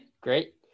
Great